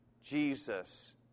Jesus